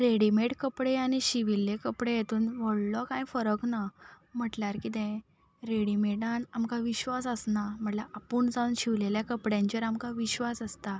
readymade कपडे आनी शिंविल्ले कपडे हेतून व्हडलो कांय फरक ना म्हटल्यार कितें रॅडिमेडान आमकां विश्वास आसना म्हणल्या आपूण जावन शिंवलेल्या कपड्यांचेर आमकां विश्वास आसता